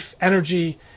energy